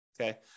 Okay